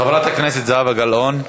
חברת הכנסת זהבה גלאון.